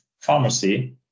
pharmacy